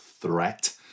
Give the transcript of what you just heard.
threat